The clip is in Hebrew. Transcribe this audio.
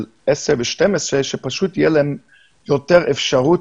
עשר ו-12 שפשוט יהיה להם יותר אפשרות.